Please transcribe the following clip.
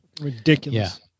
Ridiculous